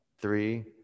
three